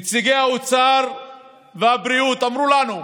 נציגי האוצר והבריאות אמרו לנו: